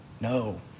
No